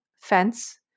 Fence